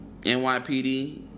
NYPD